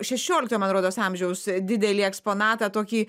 šešiolikto man rodos amžiaus didelį eksponatą tokį